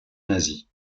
nazi